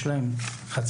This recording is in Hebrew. יש להם חצרות,